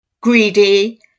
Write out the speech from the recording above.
greedy